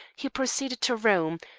he proceeded to rome,